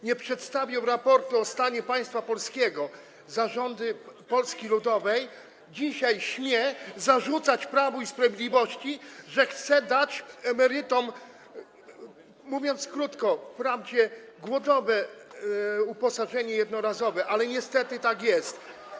nie przedstawił raportu o stanie państwa polskiego za rządów Polski Ludowej, dzisiaj śmie zarzucać Prawu i Sprawiedliwości, że chce dać emerytom, mówiąc krótko, głodowe wprawdzie uposażenie jednorazowe, ale niestety tak jest.